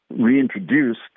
reintroduced